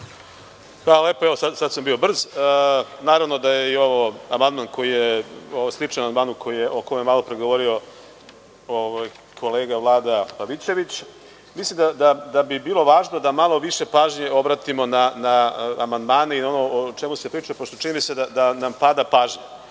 Hvala lepo, sad sam bio brz.Naravno da je i ovo amandman koji je sličan amandmanu o kome je malopre govorio kolega Vlada Pavićević. Mislim da bi bilo važno da malo više pažnje obratimo na amandmane i na ono o čemu se priča, pošto, čini mi se da nam pada pažnja.